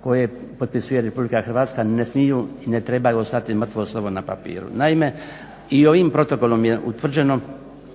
koje potpisuje Republika Hrvatska ne smiju i ne trebaju ostati mrtvo slovo na papiru. Naime, i ovim protokolom je utvrđeno